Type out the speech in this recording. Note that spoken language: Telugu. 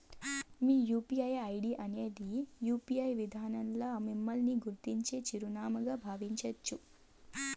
మీ యూ.పీ.ఐ ఐడీ అనేది యూ.పి.ఐ విదానంల మిమ్మల్ని గుర్తించే చిరునామాగా బావించచ్చు